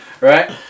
right